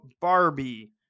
Barbie